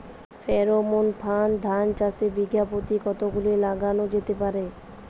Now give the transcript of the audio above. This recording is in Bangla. ফ্রেরোমন ফাঁদ ধান চাষে বিঘা পতি কতগুলো লাগানো যেতে পারে?